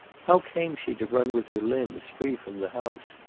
how came she to run with her limbs free from the house?